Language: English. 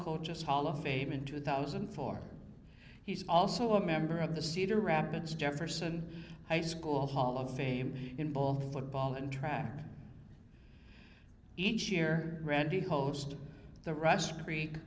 coaches hall of fame in two thousand and four he's also a member of the cedar rapids jefferson high school hall of fame in both football and track each year randy hosted the rust creek